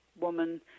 woman